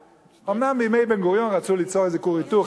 אומנם בימי בן-גוריון רצו ליצור איזה כור היתוך,